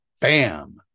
bam